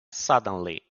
suddenly